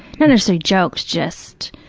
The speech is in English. kind of so jokes, just,